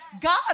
God